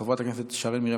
חבר הכנסת אנטאנס שחאדה,